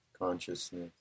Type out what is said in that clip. consciousness